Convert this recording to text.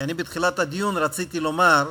כי אני בתחילת הדיון רציתי לומר,